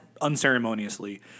Unceremoniously